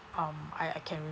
um I I can